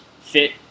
fit